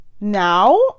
Now